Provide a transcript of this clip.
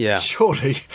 surely